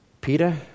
Peter